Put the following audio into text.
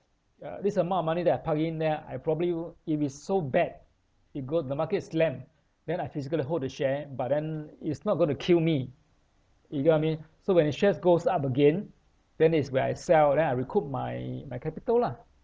uh this amount of money that I park in there I probably if it's so bad it go the market slump then I physically hold the share but then it's not going to kill me you get what I mean so when the shares goes up again then is where I sell then I recoup my my capital lah